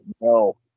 no